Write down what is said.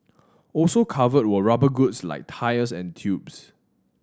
also covered were rubber goods like tyres and tubes